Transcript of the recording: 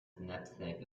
knapsack